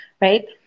right